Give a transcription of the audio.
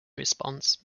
response